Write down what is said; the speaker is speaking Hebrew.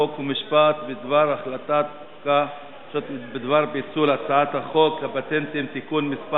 חוק ומשפט בדבר פיצול חוק הפטנטים (תיקון מס'